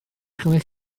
gennych